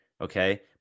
okay